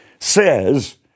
says